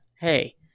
hey